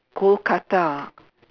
Kolkata